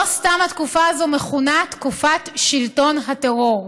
לא סתם התקופה הזאת מכונה "תקופת שלטון הטרור".